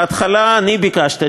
בהתחלה אני ביקשתי,